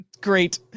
Great